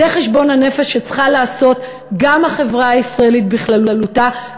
זה חשבון הנפש שצריכה לעשות גם החברה הישראלית בכללותה,